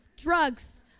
Drugs